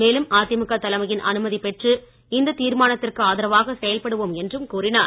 மேலும் அதிமுக தலைமையின் அனுமதி பெற்று இந்த தீர்மானத்திற்கு ஆதரவாக செயல்படுவோம் என்றும் கூறினார்